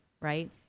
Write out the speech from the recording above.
right